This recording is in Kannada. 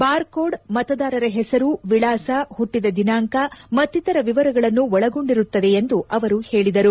ಬಾರ್ಕೋಡ್ ಮತದಾರರ ಹೆಸರು ವಿಳಾಸ ಹುಟ್ಟದ ದಿನಾಂಕ ಮತ್ತಿತರ ವಿವರಗಳನ್ನು ಒಳಗೊಂಡಿರುತ್ತದೆ ಎಂದು ಅವರು ಹೇಳಿದರು